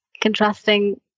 contrasting